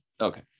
Okay